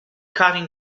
cutting